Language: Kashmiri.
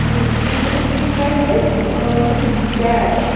یہِ مےٚ چھِ ایکچؤلی پیٚٹ حظ ٲں ہُو کیٹ